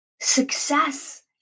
Success